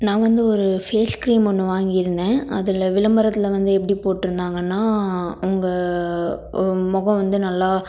நான் வந்து ஒரு ஃபேஸ் கிரீம் ஒன்று வாங்கி இருந்தேன் அதில் விளம்பரத்தில் வந்து எப்படி போட்டிருந்தாங்கன்னா உங்கள் முகம் வந்து நல்லா